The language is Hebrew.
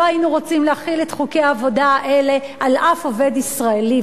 לא היינו רוצים להחיל את חוקי העבודה האלה על אף עובד ישראלי.